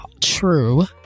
true